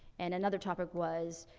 and another topic was,